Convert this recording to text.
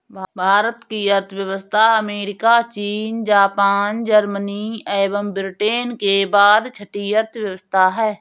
भारत की अर्थव्यवस्था अमेरिका, चीन, जापान, जर्मनी एवं ब्रिटेन के बाद छठी अर्थव्यवस्था है